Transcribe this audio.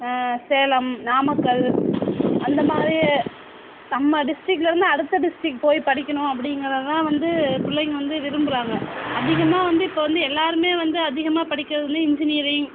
சேலம் நாமக்கல் அந்த மாதிரி நம்ம டிஸ்ட்ரிக்லிருந்து அடுத்த டிஸ்ட்ரிக் போய் படிக்கணும் அப்படிங்கிறத தான் வந்து பிள்ளைங்கள் வந்து விரும்புகிறாங்க அதிகமாக வந்து இப்போ வந்து எல்லாேருமே வந்து அதிகமாக படிக்கிறதிலே இன்ஜினியரிங்